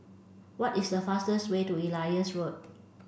what is the fastest way to Elias Road